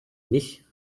mich